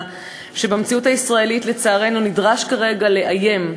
שבמציאות הישראלית לצערנו נדרש כרגע לאיים,